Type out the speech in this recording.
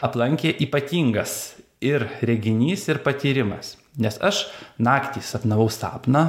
aplankė ypatingas ir reginys ir patyrimas nes aš naktį sapnavau sapną